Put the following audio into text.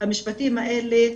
מדפיסים את המשפטים האלה,